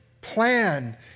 plan